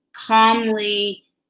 calmly